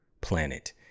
planet